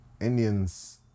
Indians